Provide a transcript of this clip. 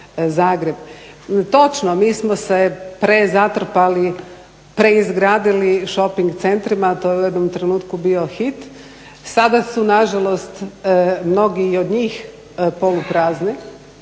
Zagreb. Točno mi smo se prezatrpali, preizgradili shopping centrima, to je u jednom trenutku bio hit, sada su nažalost mnogi od njih poluprazni.